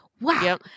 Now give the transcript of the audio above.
Wow